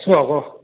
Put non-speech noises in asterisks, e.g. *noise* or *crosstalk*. *unintelligible*